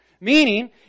Meaning